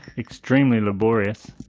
extremely laborious.